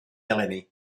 eleni